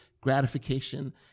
gratification